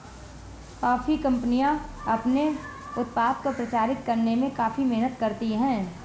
coffee कंपनियां अपने उत्पाद को प्रचारित करने में काफी मेहनत करती हैं